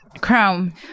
Chrome